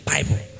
Bible